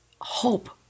hope